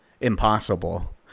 impossible